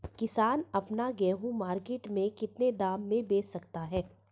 किसान अपना गेहूँ मार्केट में कितने दाम में बेच सकता है?